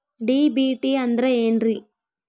DBT ಅಂದ್ರ ಏನ್ರಿ?